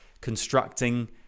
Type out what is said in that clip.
constructing